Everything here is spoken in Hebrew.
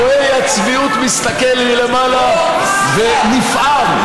אלוהי הצביעות מסתכל מלמעלה ונפעם,